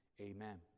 amen